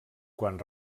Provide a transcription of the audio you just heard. quan